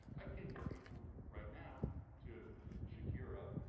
i can't get people right now to shakira,